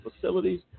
facilities